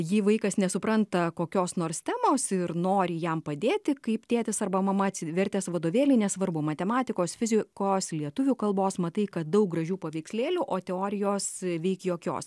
jei vaikas nesupranta kokios nors temos ir nori jam padėti kaip tėtis arba mama atsivertęs vadovėlį nesvarbu matematikos fizikos lietuvių kalbos matai kad daug gražių paveikslėlių o teorijos veik jokios